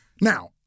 Now